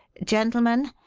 gentlemen,